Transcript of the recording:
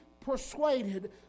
persuaded